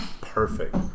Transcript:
perfect